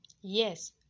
Yes